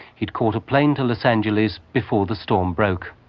he'd caught a plane to los angeles before the storm broke.